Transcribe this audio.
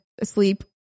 asleep